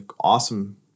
awesome